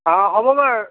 অঁ হ'ব বাৰু